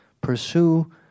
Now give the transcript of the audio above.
Pursue